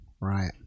Right